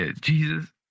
Jesus